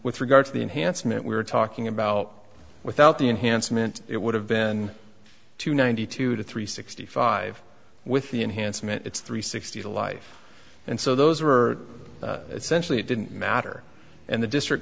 with regard to the enhancement we're talking about without the enhancement it would have been two ninety two to three sixty five with the enhancement it's three sixty to life and so those were essentially it didn't matter and the district